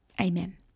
amen